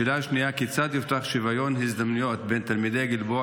2. כיצד יובטח שוויון הזדמנויות בין תלמידי גלבוע